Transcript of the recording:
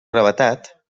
gravetat